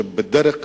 שבדרך כלל,